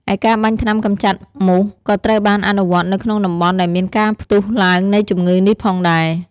ឯការបាញ់ថ្នាំកម្ចាត់មូសក៏ត្រូវបានអនុវត្តនៅក្នុងតំបន់ដែលមានការផ្ទុះឡើងនៃជំងឺនេះផងដែរ។